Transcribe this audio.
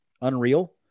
unreal